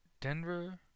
Denver